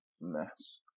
mess